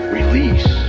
release